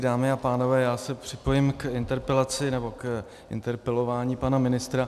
Dámy a pánové, já se připojím k interpelaci, nebo k interpelování pana ministra.